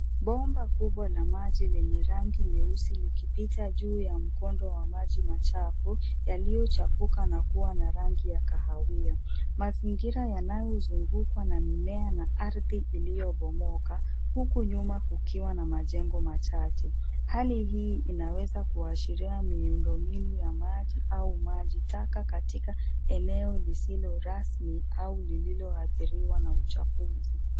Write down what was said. Bomba kubwa la maji lenye rangi nyeusi likipita juu ya mkondo wa maji machafu yaliyochafuka na kuwa na rangi ya kahawia. Mazingira yanayozungukwa na mimea na ardhi iliyobomoka huku nyuma kukiwa na majengo machache. Hali hii inaweza kuashiria miundombinu ya maji au maji taka katika eneo lisilo rasmi au lililoathiriwa na uchafuzi.